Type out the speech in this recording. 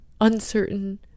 uncertain